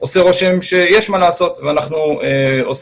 עושה רושם שיש מה לעשות ואנחנו עושים